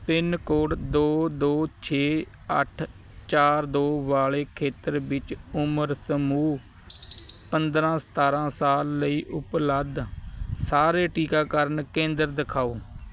pin code ਦੋ ਦੋ ਛੇ ਅੱਠ ਚਾਰ ਦੋ ਵਾਲੇ ਖੇਤਰ ਵਿੱਚ ਉਮਰ ਸਮੂਹ ਪੰਦਰ੍ਹਾਂ ਸਤਾਰ੍ਹਾਂ ਸਾਲ ਲਈ ਉਪਲਬਧ ਸਾਰੇ ਟੀਕਾਕਰਨ ਕੇਂਦਰ ਦਿਖਾਓ